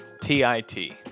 T-I-T